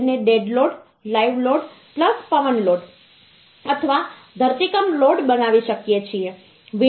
2 ને dead load live load પવન load અથવા ધરતીકંપ લોડ બનાવી શકીએ છીએ